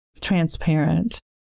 transparent